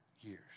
years